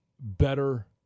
better